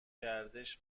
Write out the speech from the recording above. گردش